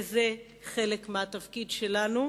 וזה חלק מהתפקיד שלנו,